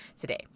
today